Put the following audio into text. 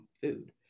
food